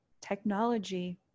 technology